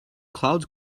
clouds